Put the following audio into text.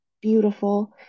beautiful